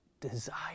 desire